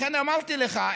לכן אמרתי לך,